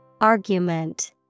Argument